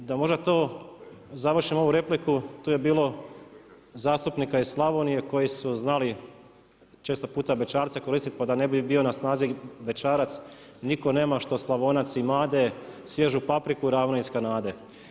Da završim ovu repliku, tu je bilo zastupnika iz Slavonije koji su znači često puta bećarce koristiti pa da ne bi bio na snazi bećarac „Niko nema što Slavonac imade, svježu papriku ravno iz Kanade“